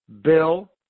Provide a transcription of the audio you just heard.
Bill